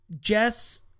Jess